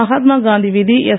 மகாத்மா காந்தி வீதி எஸ்